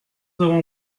avons